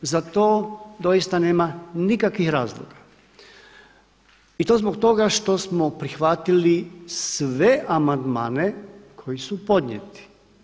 Zato doista nema nikakvih razloga i to zbog toga što smo prihvatili sve amandmane koji su podnijeti.